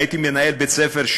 הייתי מנהל בית-ספר.